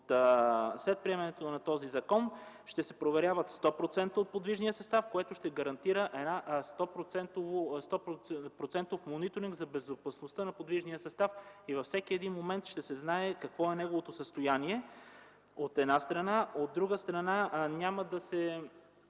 След приемането на този закон ще се проверява 100% от подвижния състав, което ще гарантира 100-процентов мониторинг за безопасността на подвижния състав. Във всеки един момент ще се знае какво е неговото състояние, от една страна. От друга страна, този